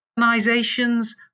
organizations